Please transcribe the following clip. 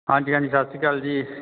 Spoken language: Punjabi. ਹਾਂਜੀ ਹਾਂਜੀ ਸਤਿ ਸ਼੍ਰੀ ਅਕਾਲ ਜੀ